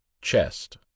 chest